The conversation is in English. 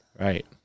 Right